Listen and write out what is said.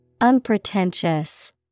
Unpretentious